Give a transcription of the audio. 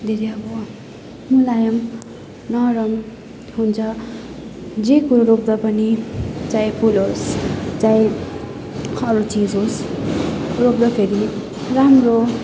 धेरै अब मुलायम नरम हुन्छ जे फुल रोप्दा पनि चाहे फुल होस् चाहे अरू चिज होस् रोप्दाखेरि राम्रो